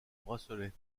bracelets